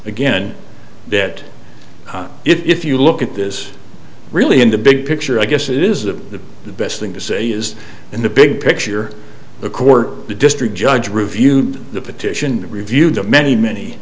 again that if you look at this really in the big picture i guess it is the the best thing to say is in the big picture the court the district judge reviewed the petition reviewed the many many